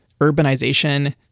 urbanization